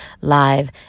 live